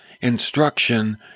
instruction